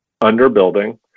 underbuilding